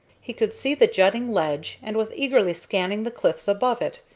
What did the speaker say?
he could see the jutting ledge, and was eagerly scanning the cliffs above it,